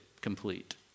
complete